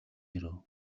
ирэв